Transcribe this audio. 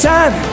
Time